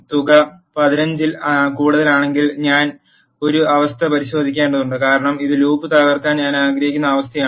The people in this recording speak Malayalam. തുക 15 ൽ കൂടുതലാണെങ്കിൽ ഞാൻ ഒരു അവസ്ഥ പരിശോധിക്കേണ്ടതുണ്ട് കാരണം ഇത് ലൂപ്പ് തകർക്കാൻ ഞാൻ ആഗ്രഹിക്കുന്ന അവസ്ഥയാണ്